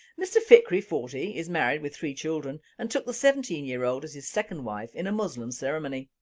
mr fikri, forty, is married with three children and took the seventeen year old as his second wife in a muslim ceremony.